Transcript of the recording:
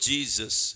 Jesus